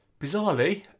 bizarrely